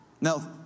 Now